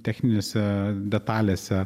techninėse detalėse